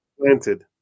Planted